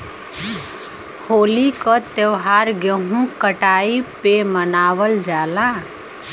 होली क त्यौहार गेंहू कटाई पे मनावल जाला